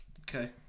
Okay